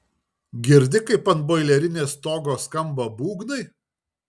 girdi kaip ant boilerinės stogo skamba būgnai